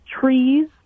trees